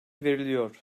veriliyor